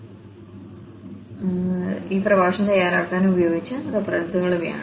ശരി ഈ പ്രഭാഷണം തയ്യാറാക്കാൻ ഉപയോഗിച്ച റഫറൻസുകൾ ഇവയാണ്